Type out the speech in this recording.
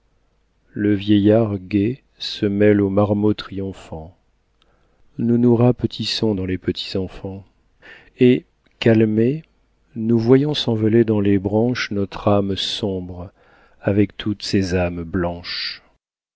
le vieillard gai se mêle aux marmots triomphants nous nous rapetissons dans les petits enfants et calmés nous voyons s'envoler dans les branches notre âme sombre avec toutes ces âmes blanches